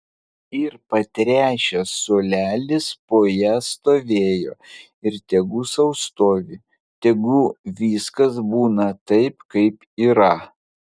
ir patręšęs suolelis po ja stovėjo ir tegu sau stovi tegu viskas būna taip kaip yra